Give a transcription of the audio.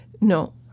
No